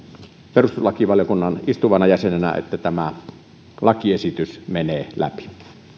perustuslakivaliokunnan istuvana jäsenenä että tämä lakiesitys menee läpi